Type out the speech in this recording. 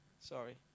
sorry